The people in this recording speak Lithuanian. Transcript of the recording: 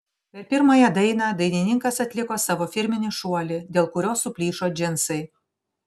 per pirmąją dainą dainininkas atliko savo firminį šuolį dėl kurio suplyšo džinsai